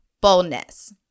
boldness